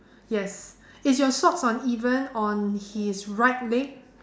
yes is your socks uneven on his right leg